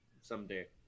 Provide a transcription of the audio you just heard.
someday